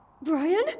Brian